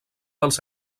dels